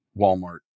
Walmart